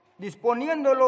disponiéndolo